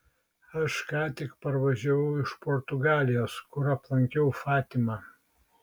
aš ką tik parvažiavau iš portugalijos kur aplankiau fatimą